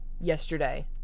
yesterday